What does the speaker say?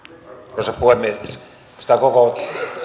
arvoisa puhemies oikeastaan koko